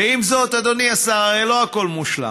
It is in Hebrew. ועם זאת, אדוני השר, הרי לא הכול מושלם.